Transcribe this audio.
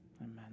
Amen